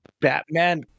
Batman